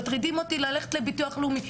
מטרידים אותי ללכת לביטוח לאומי,